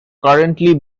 currently